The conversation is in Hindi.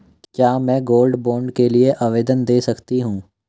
क्या मैं गोल्ड बॉन्ड के लिए आवेदन दे सकती हूँ?